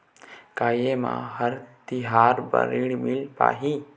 का ये म हर तिहार बर ऋण मिल पाही?